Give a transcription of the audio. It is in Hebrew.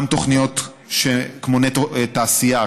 גם תוכניות כמו נטו תעשייה,